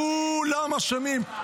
כולם אשמים.